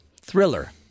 Thriller